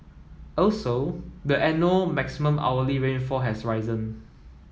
also the maximum hourly rainfall has risen